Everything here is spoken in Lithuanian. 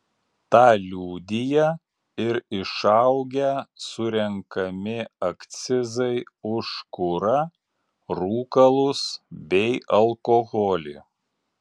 tą liudija ir išaugę surenkami akcizai už kurą rūkalus bei alkoholį